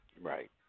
Right